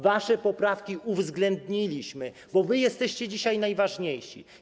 Wasze poprawki uwzględniliśmy, bo wy jesteście dzisiaj najważniejsi.